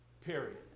Period